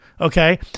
Okay